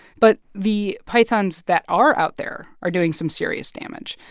but the pythons that are out there are doing some serious damage.